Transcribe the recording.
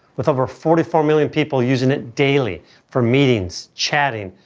with over forty four million people using it daily for meetings, chatting,